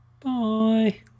Bye